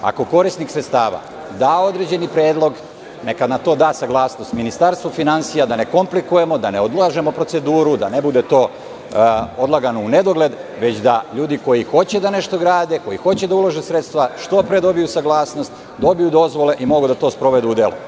Ako korisnik sredstava da određeni predlog, neka na to da saglasnost Ministarstvo finansija, da ne komplikujemo, da ne odlažemo proceduru, da ne bude to odlagano u nedogled, već da ljudi koji hoće nešto da grade, koji hoće da ulože sredstva što pre dobiju saglasnost, dobiju dozvole i mogu da to sprovedu u delo.